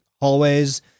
hallways